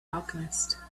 alchemist